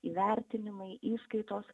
įvertinimai įskaitos